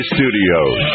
Studios